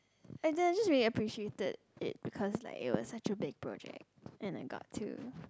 and I just really appreciated it because like it was such a big project and I got to